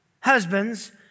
husbands